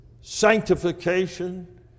sanctification